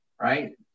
right